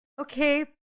Okay